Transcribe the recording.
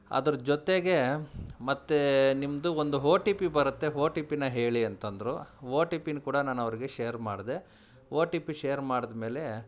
ಅದ್ರ ಜೊತೆಗೆ ಮತ್ತೆ ನಿಮ್ಮದು ಒಂದು ಹೋ ಟಿ ಪಿ ಬರುತ್ತೆ ಹೋ ಟಿ ಪಿನ ಹೇಳಿ ಅಂತಂದರು ಓ ಟಿ ಪಿನ ಕೂಡ ನಾನು ಅವ್ರಿಗೆ ಶೇರ್ ಮಾಡಿದೆ ಓ ಟಿ ಪಿ ಶೇರ್ ಮಾಡ್ದ ಮೇಲೆ